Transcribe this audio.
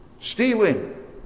Stealing